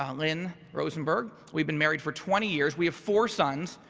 um lynn rosenberg. we've been married for twenty years. we have four sons,